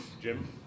Jim